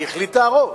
כי החליט הרוב,